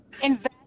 Invest